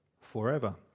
forever